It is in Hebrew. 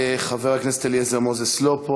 חבר הכנסת אליעזר מוזס, אינו נוכח.